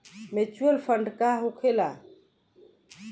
Mutual fund का होखेला?